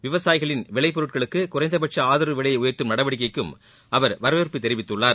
விவசாயிகளின் விலை பொருட்களுக்கு குறைந்த பட்ச ஆதரவு விலையை உயர்த்தும் நடவடிக்கைக்கும் அவர் வரவேற்பு தெரிவித்துள்ளார்